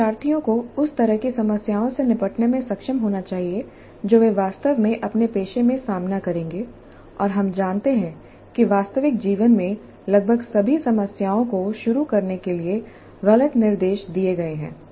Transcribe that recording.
शिक्षार्थियों को उस तरह की समस्याओं से निपटने में सक्षम होना चाहिए जो वे वास्तव में अपने पेशे में सामना करेंगे और हम जानते हैं कि वास्तविक जीवन में लगभग सभी समस्याओं को शुरू करने के लिए गलत निर्देश दिए गए हैं